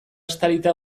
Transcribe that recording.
estalita